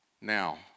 Now